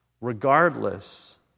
regardless